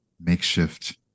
makeshift